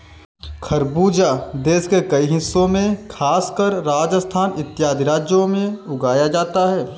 खरबूजा देश के कई हिस्सों में खासकर राजस्थान इत्यादि राज्यों में उगाया जाता है